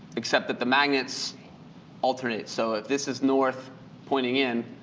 except that the magnets alternate, so if this is north pointing in,